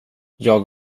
jag